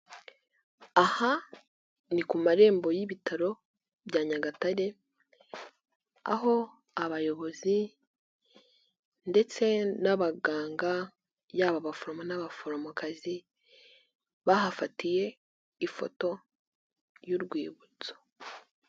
Aha ni ku marembo y'ibitaro bya Nyagatare aho abayobozi ndetse n'abaganga yaba abaforomo n'abaforomokazi bahafatiye ifoto y'urwibutso.